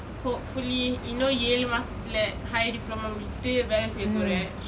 hopefully இன்னும் ஏழு மாசத்துலே:innum ezhu maasathule higher diploma முடிச்சிட்டு வேலை செய்ய போறேன்:mudichittu velai seiyaporen